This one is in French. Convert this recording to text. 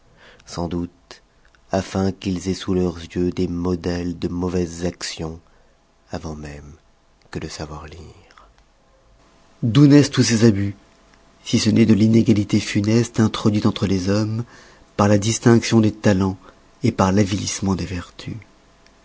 sans doute afin qu'ils aient sous leurs yeux des modèles de mauvaises actions avant même que de savoir lire d'où naissent tous ces abus si ce n'est de l'inégalité funeste introduite entre les hommes par la distinction des talens par l'avilissement des vertus